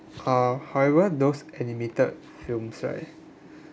uh however those animated films right